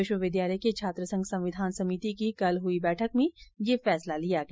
विश्वविद्यालय के छात्रसंघ संविधान समिति की कल हुई बैठक में ये फैसला लिया गया